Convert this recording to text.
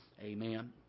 Amen